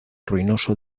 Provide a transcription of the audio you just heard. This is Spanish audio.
ruinoso